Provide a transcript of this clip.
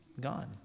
gone